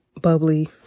bubbly